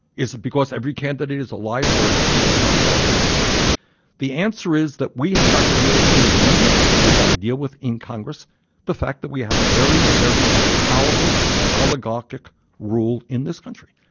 is it because every candidate is a liar or a hypocrite? no, that is not the answer the answer is that we have got to deal with in the media, we've got to deal with in congress the fact that we have a very, very powerful oligarchic rule in this country.